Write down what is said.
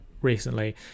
recently